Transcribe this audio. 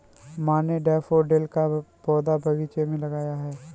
माँ ने डैफ़ोडिल का पौधा बगीचे में लगाया है